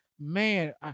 man